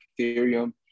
Ethereum